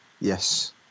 yes